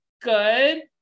good